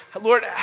Lord